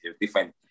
different